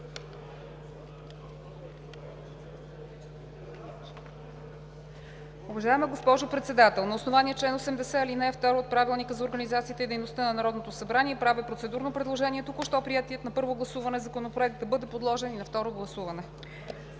Уважаема госпожо Председател, на основание чл. 80, ал. 2 от Правилника за организацията и дейността на Народното събрание правя процедурно предложение: току-що приетият на първо гласуване Законопроект да бъде подложен и на второ гласуване.